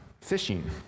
fishing